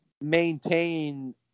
maintain